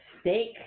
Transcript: Steak